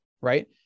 right